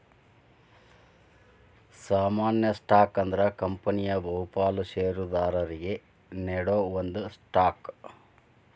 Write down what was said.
ಸಾಮಾನ್ಯ ಸ್ಟಾಕ್ ಅಂದ್ರ ಕಂಪನಿಯ ಬಹುಪಾಲ ಷೇರದಾರರಿಗಿ ನೇಡೋ ಒಂದ ಸ್ಟಾಕ್